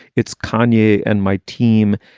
it's konya and my team.